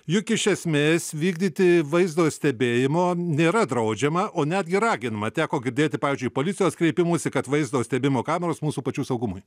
juk iš esmės vykdyti vaizdo stebėjimo nėra draudžiama o netgi raginama teko girdėti pavyzdžiui policijos kreipimųsi kad vaizdo stebėjimo kameros mūsų pačių saugumui